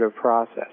process